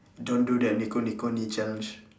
don't do that nico nico nii challenge